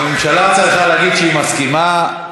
הממשלה צריכה להגיד שהיא מסכימה.